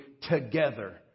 together